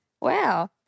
Wow